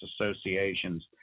associations